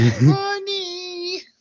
money